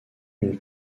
une